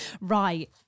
Right